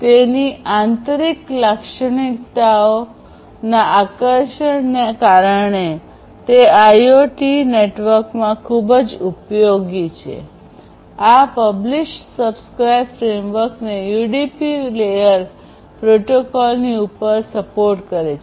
તેની આંતરિક લાક્ષણિકતાઓ ના આકર્ષણ ને કારણે તે આઇઓટી નેટવર્કમાં ખૂબ જ ઉપયોગી આ પબ્લિશ સબ્સ્ક્રાઇબ ફ્રેમવર્ક ને UDP ટ્રાન્સપોર્ટ લેયર પ્રોટોકોલની ઉપર સપોર્ટ કરે છે